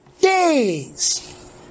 days